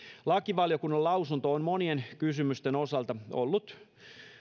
lakivaliokunnan lausunto on monien kysymysten osalta ollut